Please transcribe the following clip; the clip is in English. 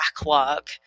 backlog